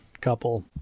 couple